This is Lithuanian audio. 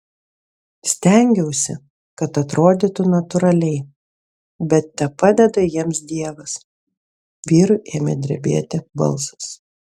stengiausi kad atrodytų natūraliai bet tepadeda jiems dievas vyrui ėmė drebėti balsas